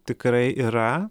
tikrai yra